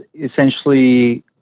essentially